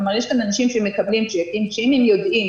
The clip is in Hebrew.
כלומר, יש אנשים שמקבלים צ'קים, שאם הם יודעים